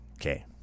Okay